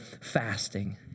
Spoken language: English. fasting